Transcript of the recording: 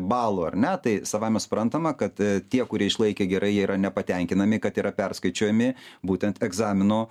balų ar ne tai savaime suprantama kad tie kurie išlaikė gerai jie yra nepatenkinami kad yra perskaičiuojami būtent egzamino